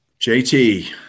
JT